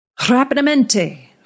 Rapidamente